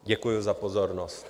Děkuji za pozornost.